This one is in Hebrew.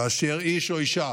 כאשר איש או אישה